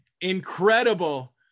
incredible